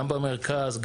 גם במרכז,